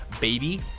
baby